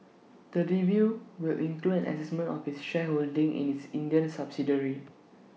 the review will include an Assessment of its shareholding in its Indian subsidiary